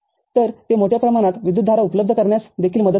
तर ते मोठ्या प्रमाणात विद्युतधारा उपलब्ध करण्यास देखील मदत करते